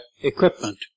equipment